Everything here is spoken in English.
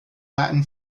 latin